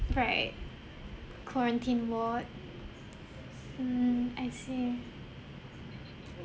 right quarantine ward mmhmm I see